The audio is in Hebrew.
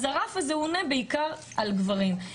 אז הרף הזה עונה בעיקר על גברים.